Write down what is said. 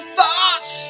thoughts